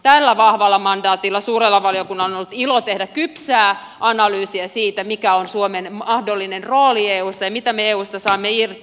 tällä vahvalla mandaatilla suurella valiokunnalla on ollut ilo tehdä kypsää analyysiä siitä mikä on suomen mahdollinen rooli eussa ja mitä me eusta saamme irti